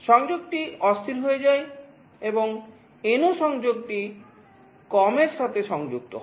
সংযোগটি অস্থির হয়ে যায় এবং NO সংযোগটি COM এর সাথে সংযুক্ত হয়